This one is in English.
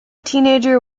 teenager